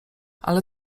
ale